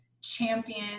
champion